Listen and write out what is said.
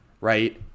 right